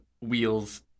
Wheels